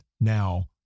now